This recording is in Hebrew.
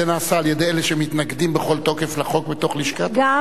זה נעשה על-ידי אלה שמתנגדים בכל תוקף לחוק מתוך לשכת עורכי-הדין.